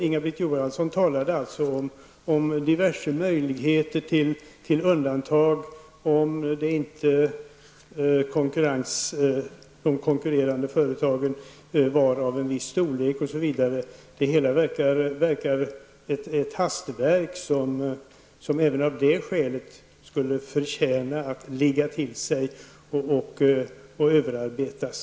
Inga-Britt Johansson talade om diverse möjligheter till undantag om de konkurrerande företagen inte är av en viss storlek osv. Det verkar vara ett hastverk, som även av det skälet skulle tjäna på att ligga till sig och överarbetas.